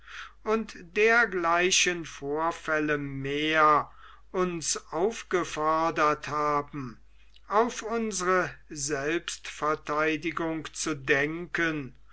und dergleichen vorfälle mehr uns aufgefordert haben auf unsre selbstverteidigung zu denken